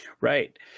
Right